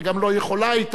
וגם לא היתה יכולה,